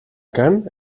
kant